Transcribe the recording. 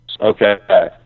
Okay